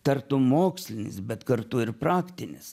tartum mokslinis bet kartu ir praktinis